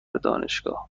دانشگاه